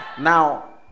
Now